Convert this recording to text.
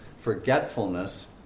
forgetfulness